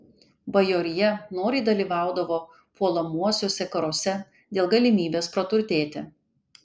bajorija noriai dalyvaudavo puolamuosiuose karuose dėl galimybės praturtėti